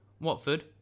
Watford